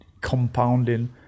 compounding